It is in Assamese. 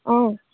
অঁ